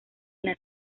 las